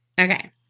okay